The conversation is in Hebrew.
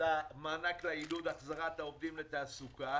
מענק העידוד, החזרת העובדים לתעסוקה?